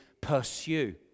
pursue